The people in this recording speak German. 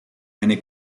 ein